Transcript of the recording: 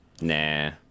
Nah